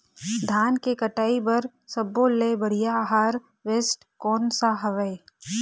धान के कटाई बर सब्बो ले बढ़िया हारवेस्ट कोन सा हवए?